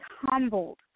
humbled